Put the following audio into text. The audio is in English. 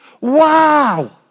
Wow